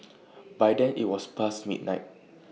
by then IT was past midnight